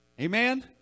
Amen